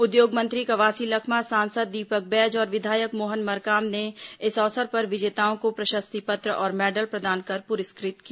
उद्योग मंत्री कवासी लखमा सांसद दीपक बैज और विधायक मोहन मरकाम ने इस अवसर पर विजेताओं को प्रशस्ति पत्र और मैडल प्रदान कर पुरस्कृत किया